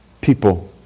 people